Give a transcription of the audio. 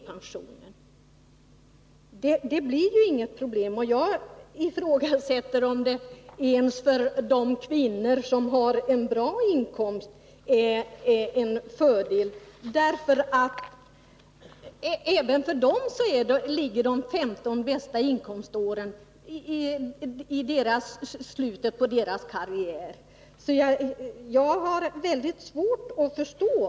Jag ifrågasätter om förslaget är en fördel ens för de kvinnor som har goda inkomster, ty även för dem ligger ju de 15 bästa inkomståren i slutet av karriären. Jag har väldigt svårt att förstå att.